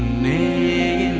me